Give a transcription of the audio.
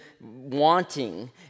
wanting